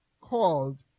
called